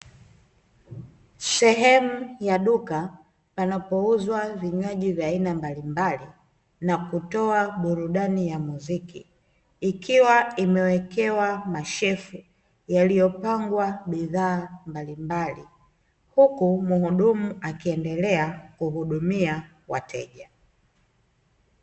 Sehemu ya duka panapouzwa vinywaji vya aina mbalimbali na kutoa biriani ya muziki, ikiwa imewekewa mashelfu yaliyopangwa bidhaa mbalimbali, huku muhudumu akiendelea kuhudumia wateja.